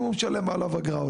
הוא משלם עליו אגרה,